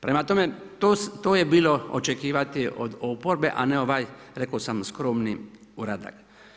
Prema tome, to je bilo očekivati od oporbe a ne ovaj rekao sam skromni uradak.